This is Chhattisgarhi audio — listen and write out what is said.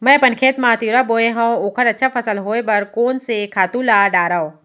मैं अपन खेत मा तिंवरा बोये हव ओखर अच्छा फसल होये बर कोन से खातू ला डारव?